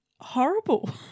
horrible